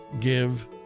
give